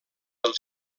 del